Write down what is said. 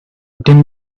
tim